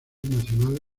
nacional